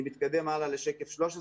אני מתקדם הלאה לשקף 13